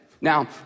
Now